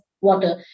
water